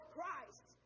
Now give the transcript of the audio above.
Christ